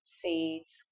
seeds